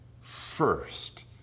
first